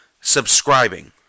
subscribing